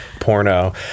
porno